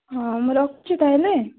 ହଁ ମୁଁ ରଖୁଛି ତାହେଲେ